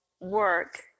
work